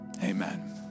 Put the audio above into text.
amen